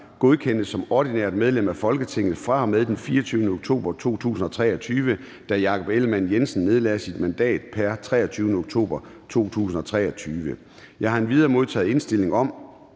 godkendes som ordinært medlem af Folketinget fra og med den 24. oktober 2023, da Jakob Ellemann-Jensen nedlagde sit mandat pr. 23. oktober 2023. Jeg har endvidere modtaget indstilling om,